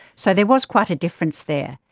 so there was quite a difference there.